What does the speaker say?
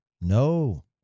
No